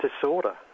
disorder